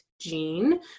gene